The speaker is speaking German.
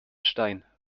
stein